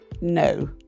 no